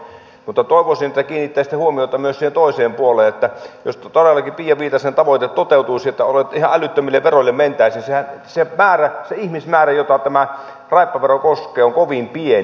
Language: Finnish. mutta toivoisin että kiinnittäisitte huomiota myös siihen toiseen puoleen että jos todellakin tuo pia viitasen tavoite toteutuisi että ihan älyttömille veroille mentäisiin se ihmismäärä jota tämä raippavero koskee on kovin pieni